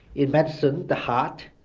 in medicine, the heart,